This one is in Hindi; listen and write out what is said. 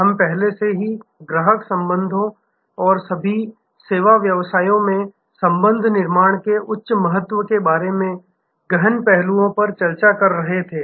हम पहले से ही ग्राहक संबंधों और सभी सेवा व्यवसायों में संबंध निर्माण के उच्च महत्व के बारे में गहन पहलुओं पर चर्चा कर रहे थे